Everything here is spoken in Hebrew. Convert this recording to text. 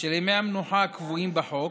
ושל ימי המנוחה הקבועים בחוק,